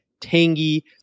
tangy